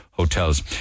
Hotels